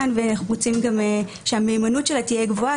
אנחנו גם רוצים שהמהימנות שלה תהיה גבוהה